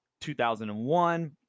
2001